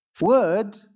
word